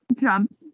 jumps